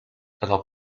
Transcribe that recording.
erlaubt